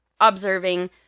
observing